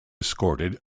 escorted